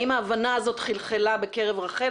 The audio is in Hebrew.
האם ההבנה הזאת חלחלה בקרב רח"ל?